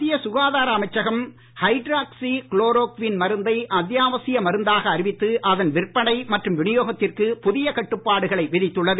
மத்திய சுகாதார அமைச்சகம் ஹைட்ராக்சி குளோரோக்வின் மருந்தை அத்தியாவசிய மருந்தாக அறிவித்து அதன் விற்பனை மற்றும் வினியோகத்திற்கு புதிய கட்டுப்பாடுகளை விதித்துள்ளது